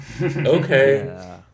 okay